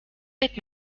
wird